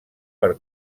per